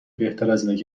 بهترازاینه